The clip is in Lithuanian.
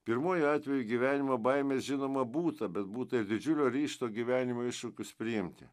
pirmuoju atveju gyvenimo baimės žinoma būta bet būta ir didžiulio ryžto gyvenimo iššūkius priimti